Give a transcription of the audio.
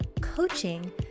coaching